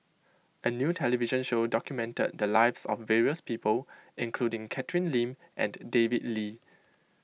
a new television show document the lives of various people including Catherine Lim and David Lee